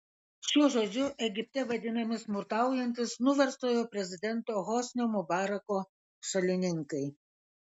šiuo žodžiu egipte vadinami smurtaujantys nuverstojo prezidento hosnio mubarako šalininkai